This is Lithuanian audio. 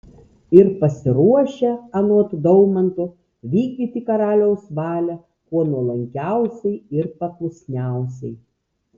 ir pasiruošę anot daumanto vykdyti karaliaus valią kuo nuolankiausiai ir paklusniausiai